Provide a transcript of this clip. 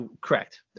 correct